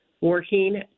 working